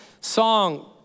song